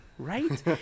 Right